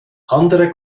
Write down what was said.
andere